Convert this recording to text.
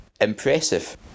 impressive